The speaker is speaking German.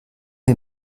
wir